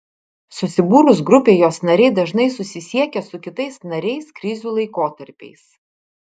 susibūrus grupei jos nariai dažnai susisiekia su kitais nariais krizių laikotarpiais